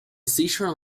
seashore